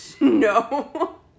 No